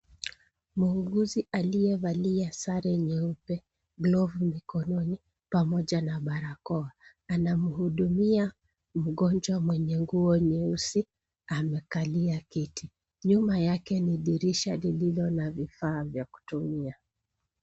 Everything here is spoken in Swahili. Muuguzi aliyevalia sare nyeupe, glovu mikononi pamoja na barakoa anamhudumia mgonjwa mwenye nguo nyeusi amekalia kiti. Nyuma yake ni dirisha lilo na vifaa vya kutumia.